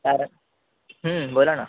कारण बोला ना